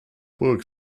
book